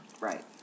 Right